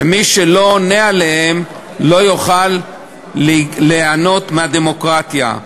שמי שלא עונה עליהם לא יוכל ליהנות מהדמוקרטיה.